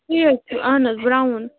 ٹھیٖک چھُ اَہَن حظ برٛاوُن